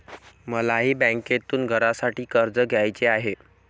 मलाही बँकेतून घरासाठी कर्ज घ्यायचे आहे